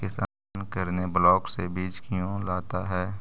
किसान करने ब्लाक से बीज क्यों लाता है?